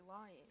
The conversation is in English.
lying